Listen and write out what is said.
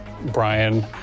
Brian